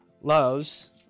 loves